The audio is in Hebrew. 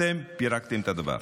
אתם פירקתם את הדבר.